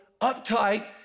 uptight